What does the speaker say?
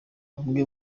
bumwe